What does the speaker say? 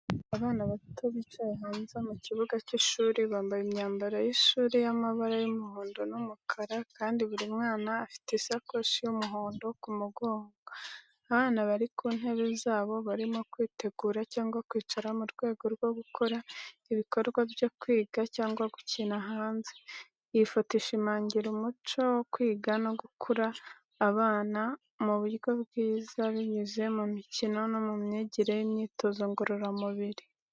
Abana bato bicaye hanze mu kibuga cy’ishuri, bambaye imyambaro y’ishuri y’amabara y’umuhondo n’umukara, kandi buri mwana afite isakoshi y’umuhondo ku mugongo. Abana bari ku ntebe zabo, barimo kwitegura cyangwa kwicara mu rwego rwo gukora ibikorwa byo kwiga cyangwa gukina hanze. Iyi foto ishimangira umuco wo kwiga no gukura abana mu buryo bwiza, binyuze mu mikino no mu myigire y’imyitozo ngororamubiri.